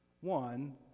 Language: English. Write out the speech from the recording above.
One